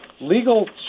legal